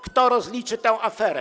Kto rozliczy tę aferę?